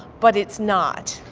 but it's not.